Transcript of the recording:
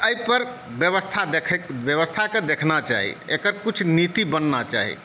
तऽ एहिपर व्यवस्था देखेक व्यवस्थाक देखना चाही एकर कुछ नीति बनना चाही